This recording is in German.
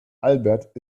albert